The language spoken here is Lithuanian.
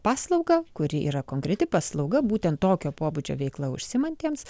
paslaugą kuri yra konkreti paslauga būtent tokio pobūdžio veikla užsiimantiems